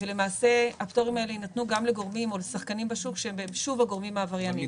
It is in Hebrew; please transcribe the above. והפטורים האלה יינתנו לגורמים או לשחקנים בשוק שהם הגורמים העברייניים.